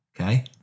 Okay